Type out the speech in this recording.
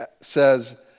says